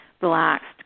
relaxed